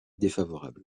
défavorable